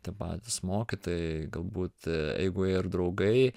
tie patys mokytojai galbūt jeigu ir draugai